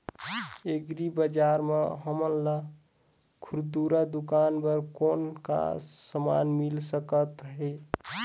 Agri बजार म हमन ला खुरदुरा दुकान बर कौन का समान मिल सकत हे?